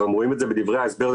גם רואים את זה בדברי ההסבר,